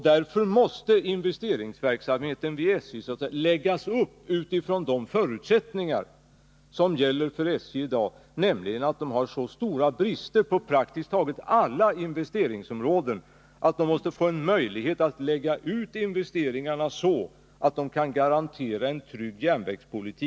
Därför måste investeringsverksamheten vid SJ läggas upp utifrån de förutsättningar som SJ har i dag, nämligen att man har så stora brister på praktiskt taget alla områden att man måste få en möjlighet att lägga ut investeringarna på ett sådant sätt att man kan garantera en trygg järnvägsutveckling.